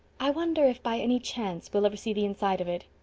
i wonder if, by any chance, we'll ever see the inside of it.